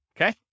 okay